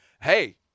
hey